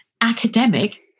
academic